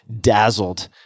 dazzled